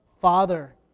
Father